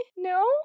No